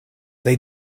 they